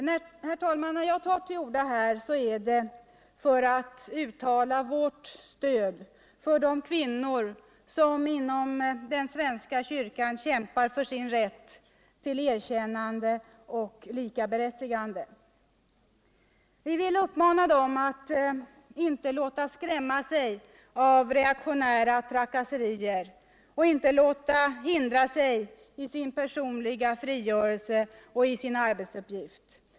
När jag tar till orda här, är det för att uttala vårt stöd för de kvinnor som inom den svenska kyrkan kämpar för sin rätt till erkännande och likaberättigande. Vi vill uppmana dem att inte låta skrämma sig av reaktionära trakasserier, inte låta hindra sig av ovilja och fördomar i sin personliga frigörelse och sin arbetsuppgift.